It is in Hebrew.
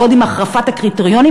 ועוד עם החרפת הקריטריונים,